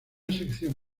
sección